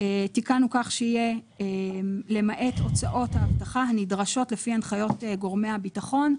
תיקנו כך שיהיה 'למעט הוצאות האבטחה הנדרשות לפי הנחיות גורמי הביטחון',